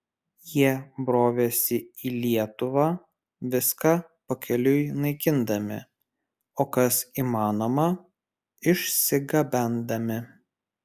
jie brovėsi į lietuvą viską pakeliui naikindami o kas įmanoma išsigabendami